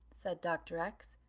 said dr. x,